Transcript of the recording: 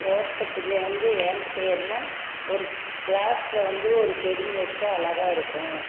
தோட்டத்தில் வந்து வேலை செய்கிறனா ஒரு கிளாஸ்ல வந்து ஒரு செடிங்க வைச்சா அழகா இருக்கும்